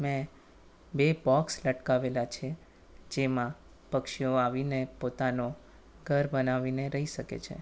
મેં બે બોક્સ લટકાવેલાં છે જેમાં પક્ષીઓ આવીને પોતાનું ઘર બનાવીને રહી શકે છે